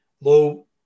low